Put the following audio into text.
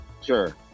Sure